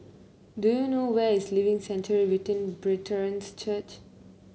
do you know where is Living Sanctuary return Brethren's Church